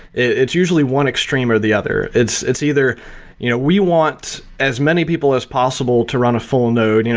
it's usually one extreme or the other. it's it's either you know we want as many people as possible to run a full node, you know,